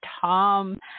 Tom